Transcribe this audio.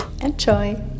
Enjoy